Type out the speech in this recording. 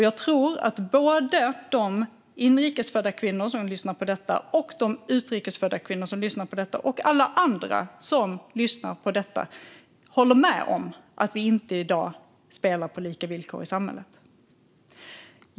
Jag tror att både de inrikes födda kvinnor och de utrikes födda kvinnor som lyssnar på detta och alla andra som lyssnar på detta håller med om att vi inte spelar på lika villkor i samhället i dag.